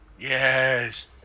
Yes